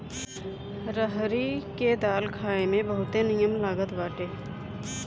रहरी के दाल खाए में बहुते निमन लागत बाटे